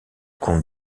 comte